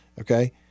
Okay